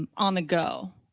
um on the go?